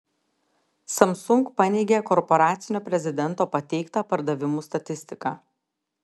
samsung paneigė korporacinio prezidento pateiktą pardavimų statistiką